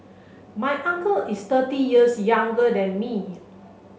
my uncle is thirty years younger than me